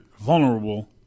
vulnerable